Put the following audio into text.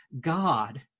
God